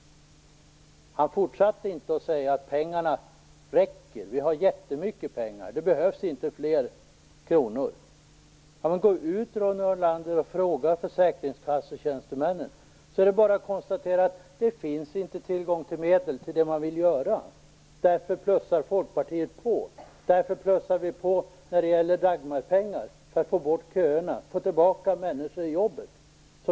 Han fortsatte inte med att säga att pengarna räcker, att vi har jättemycket pengar och att det inte behövs fler kronor. Om man går ut och frågar försäkringskassetjänstemännen, Ronny Olander, är det bara att konstera att det inte finns tillgång till medel för det man vill göra. Därför plussar Folkpartiet på. Vi plussar på när det gäller Dagmarpengar för att få bort köerna och få tillbaka människor i jobb.